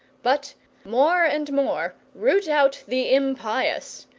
but more and more root out the impious,